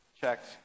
checked